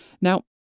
Now